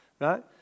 Right